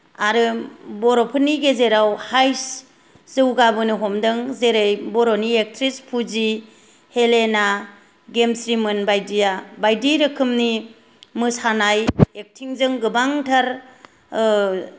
आरो बर'फोरनि गेजेराव हायस जौगाबोनो हमदों जेरै बर'नि एकट्रेस फुजि हेलेना गेमस्रिमोन बायदिया बायदि रोखोमनि मोसानाय एक्टिंजों गोबांथार